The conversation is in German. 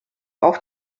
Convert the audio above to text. auch